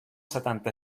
setanta